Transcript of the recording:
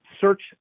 search